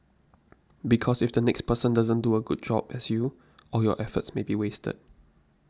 because if the next person doesn't do a good job as you all your efforts may be wasted